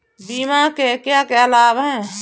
बीमा के क्या क्या लाभ हैं?